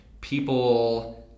people